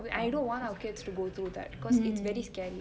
I don't want our kids to go through that because it's very scary